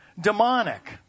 demonic